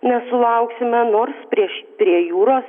nesulauksime nors prieš prie jūros